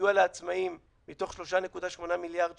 סיוע לעצמאים, מתוך 3.8 מיליארד שהוקצו,